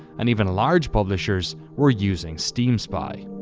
and even large publishers were using steam spy.